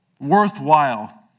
worthwhile